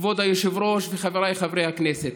כבוד היושב-ראש וחבריי חברי הכנסת.